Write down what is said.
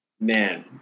man